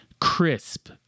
crisp